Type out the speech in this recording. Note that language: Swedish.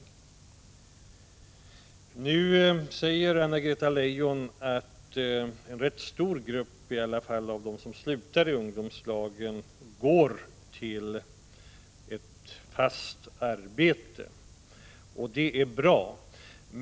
Nu säger Anna-Greta Leijon att en i alla fall ganska stor grupp av de som slutar i ungdomslagen går till ett fast arbete. Det är bra.